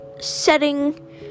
setting